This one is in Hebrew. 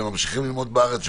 וממשיכים ללמוד בארץ,